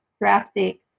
drastic